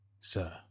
sir